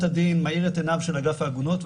הדין מאיר את עיניו של אגף העגונות,